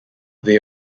they